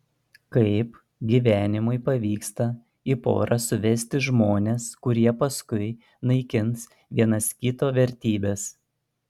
kaip gyvenimui pavyksta į porą suvesti žmones kurie paskui naikins vienas kito vertybes